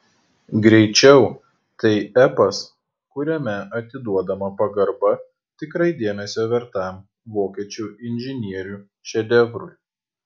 greičiau tai epas kuriame atiduodama pagarba tikrai dėmesio vertam vokiečių inžinierių šedevrui